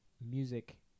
music